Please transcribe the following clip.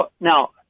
now